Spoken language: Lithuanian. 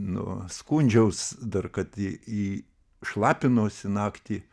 nu skundžiaus dar kad į į šlapinausi naktį